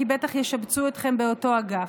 כי בטח ישבצו אתכם באותו אגף.